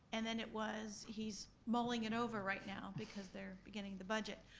and then it was he's mulling it over right now because they're beginning the budget.